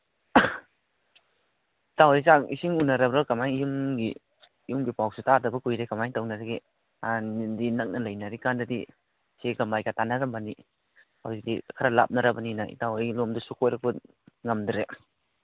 ꯏꯇꯥꯎ ꯍꯣꯏ ꯆꯥꯛ ꯏꯁꯤꯡ ꯎꯅꯔꯕ꯭ꯔꯥ ꯀꯃꯥꯏ ꯌꯨꯝꯒꯤ ꯌꯨꯝꯒꯤ ꯄꯥꯎꯁꯨ ꯇꯥꯗꯕ ꯀꯨꯏꯔꯦ ꯀꯃꯥꯏ ꯇꯧꯅꯔꯤꯒꯦ ꯍꯥꯟꯅꯗꯤ ꯅꯛꯅ ꯂꯩꯅꯔꯤꯀꯥꯟꯗꯗꯤ ꯁꯦꯒ ꯃꯥꯏꯒ ꯇꯥꯟꯅꯔꯝꯕꯅꯤ ꯍꯧꯖꯤꯛꯇꯤ ꯈꯔ ꯂꯥꯞꯅꯔꯕꯅꯤꯅ ꯏꯇꯥꯎ ꯍꯣꯏ ꯂꯣꯝꯗꯁꯨ ꯀꯣꯏꯔꯛꯄ ꯉꯝꯗ꯭ꯔꯦ